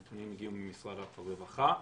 הנתונים הגיעו ממשרד הרווחה.